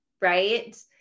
Right